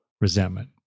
resentment